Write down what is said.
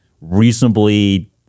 reasonably